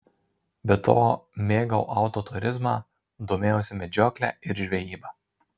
be to mėgau autoturizmą domėjausi medžiokle ir žvejyba